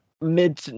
mid